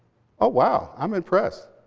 oh, wow, i'm impressed.